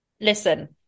listen